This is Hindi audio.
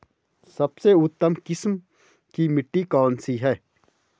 सबसे उत्तम किस्म की मिट्टी कौन सी है?